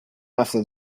after